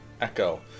echo